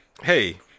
Hey